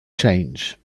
change